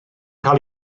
cael